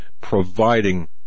providing